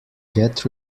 get